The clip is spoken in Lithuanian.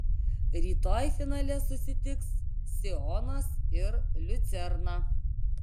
rytoj finale susitiks sionas ir liucerna